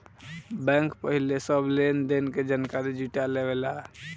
bank पहिले सब लेन देन के जानकारी जुटा लेवेला